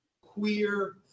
Queer